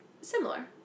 similar